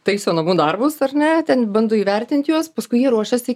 taiso namų darbus ar ne ten bando įvertint juos paskui jie ruošiasi